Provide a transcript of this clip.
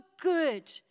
good